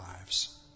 lives